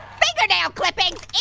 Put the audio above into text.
fingernail clippings,